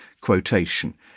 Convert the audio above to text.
quotation